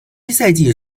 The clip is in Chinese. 赛季